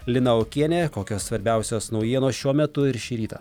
lina okienė kokios svarbiausios naujienos šiuo metu ir šį rytą